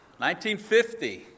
1950